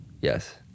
Yes